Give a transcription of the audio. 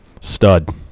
Stud